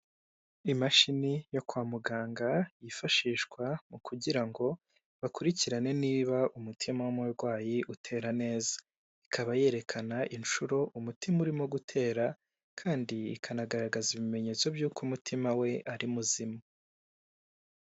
Imashini yo kwa muganga yifashishwa mu kugira ngo bakurikirane niba umutima w'umurwayi utera neza, ikaba yerekana inshuro umutima urimo gutera kandi ikanagaragaza ibimenyetso by'uko umutima we ari muzima.